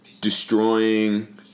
destroying